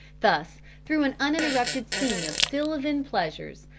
thus through an uninterrupted scene of sylvan pleasures,